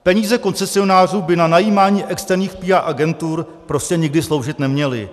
Peníze koncesionářů by na najímání externích PR agentur prostě nikdy sloužit neměly.